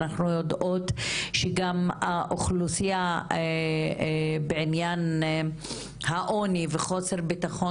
אנחנו יודעות שגם האוכלוסייה בעניין העוני וחוסר ביטחון